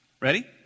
ready